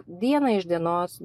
dieną iš dienos